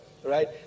Right